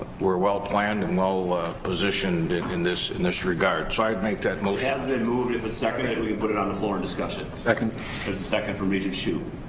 we're well planned and well positioned in this in this regard so i'd make that motion as they moved it the second day we put it on the floor discussion second is the second from regent hsu